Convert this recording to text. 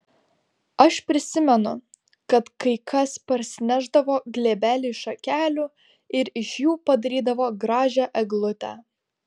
aš prisimenu kad kai kas parsinešdavo glėbelį šakelių ir iš jų padarydavo gražią eglutę